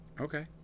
Okay